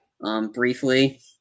Briefly